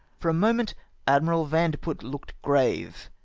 for a moment admiral vandeput looked grave,